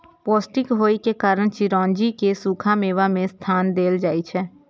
पौष्टिक होइ के कारण चिरौंजी कें सूखा मेवा मे स्थान देल जाइ छै